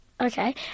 Okay